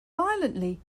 violently